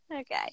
Okay